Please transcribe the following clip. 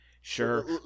Sure